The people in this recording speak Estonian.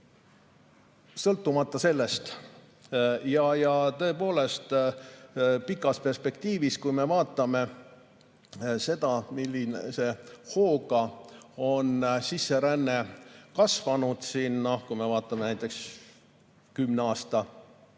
Sõltumata sellest! Tõepoolest, pikas perspektiivis, kui me vaatame seda, millise hooga on sisseränne kasvanud, noh, kui me vaatame näiteks kümne aasta